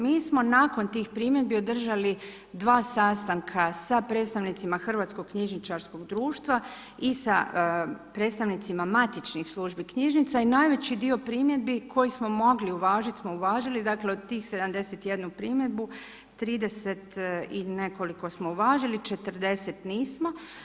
Mi smo nakon tih primjedbi održali dva sastanka sa predstavnicima Hrvatskog knjižničkog društva i sa predstavnicima matičnih službi knjižnica i najveći dio primjedbi koji smo mogli uvažiti smo uvažili, dakle od 71 primjedbu, 30 i nekoliko smo uvažili, 40 nismo.